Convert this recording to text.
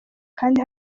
kandi